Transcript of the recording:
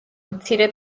მცირე